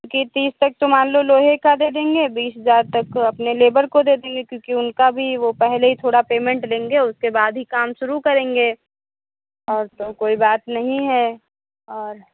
क्योंकि तीस तक तो मान लो लोहे का दे देंगे बीस हज़ार तक अपने लेबर को दे देंगे क्योंकि उनका भी वह पहले ही थोड़ा पेमेंट लेंगे उसके बाद ही काम शुरू करेंगे और तो कोई बात नहीं है और